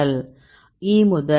E முதல்